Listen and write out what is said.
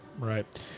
Right